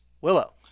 Willow